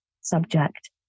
subject